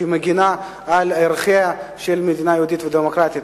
שמגינה על ערכיה של מדינה יהודית ודמוקרטית.